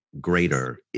greater